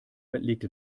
legte